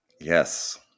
Yes